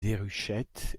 déruchette